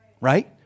right